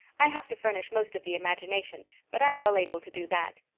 i have to furnish most of the imagination, but i'm well able to do that.